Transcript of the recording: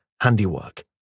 handiwork